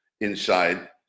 inside